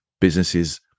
businesses